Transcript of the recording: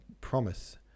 promise